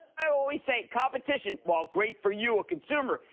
i always say competition, while great for you, a consumer,